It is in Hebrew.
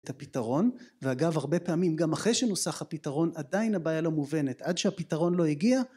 את הפתרון ואגב הרבה פעמים גם אחרי שנוסח הפתרון עדיין הבעיה לא מובנת עד שהפתרון לא הגיע